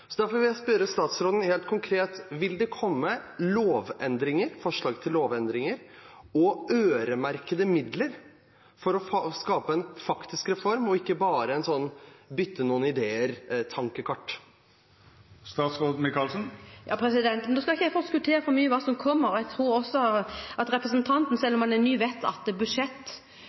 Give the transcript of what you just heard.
Derfor vil jeg spørre statsråden helt konkret: Vil det komme forslag til lovendringer og øremerkede midler for å skape en faktisk reform og ikke bare et bytte-noen-ideer-tankekart? Nå skal ikke jeg forskuttere for mye hva som kommer. Jeg tror også at representanten, selv om han er ny, vet at dette blir behandlet i budsjett